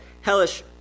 hellish